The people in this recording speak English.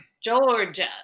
Georgia